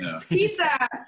Pizza